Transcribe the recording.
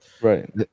right